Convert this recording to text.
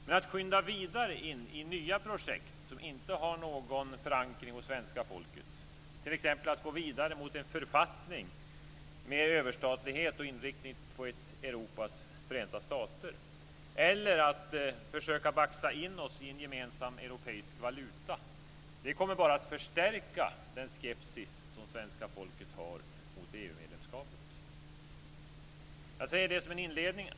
Men att skynda vidare in i nya projekt som inte har någon förankring hos svenska folket, t.ex. att gå vidare mot en författning med överstatlighet och inriktning på ett Europas förenta stater eller att försöka baxa in oss i en gemensam europeisk valuta, kommer bara att förstärka den skepsis som svenska folket har inför EU-medlemskapet. Jag säger detta som en inledning.